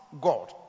god